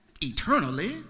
eternally